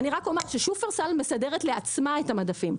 אני רק אומר ששופרסל מסדרת לעצמה את המדפים,